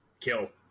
Kill